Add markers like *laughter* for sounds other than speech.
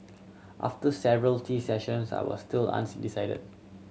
after several tea sessions I was still *unintelligible* decided